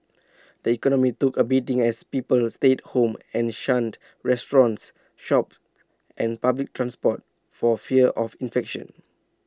the economy took A beating as people stayed home and shunned restaurants shops and public transport for fear of infection